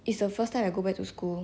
it's the first time I go back to school